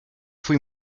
fui